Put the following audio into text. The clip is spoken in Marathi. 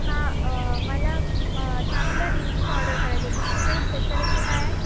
हां मला चांगल्या डिशेस ऑर्डर करायचे तुमच्याकडे स्पेशालिटी काय आहे